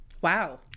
Wow